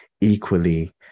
equally